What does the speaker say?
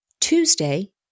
Tuesday